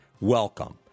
Welcome